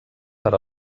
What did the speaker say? per